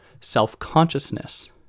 self-consciousness